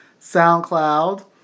SoundCloud